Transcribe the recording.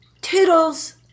toodles